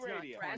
Radio